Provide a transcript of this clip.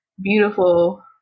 beautiful